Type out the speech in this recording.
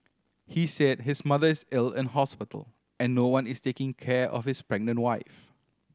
he said his mother is ill in hospital and no one is taking care of his pregnant wife